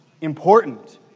important